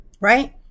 right